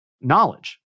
knowledge